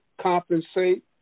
compensate